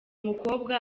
mukobwa